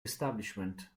establishment